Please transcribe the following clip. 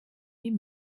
wie